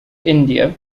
india